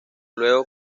luego